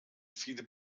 viele